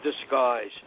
disguise